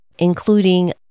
including